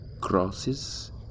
Crosses